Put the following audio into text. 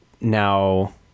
now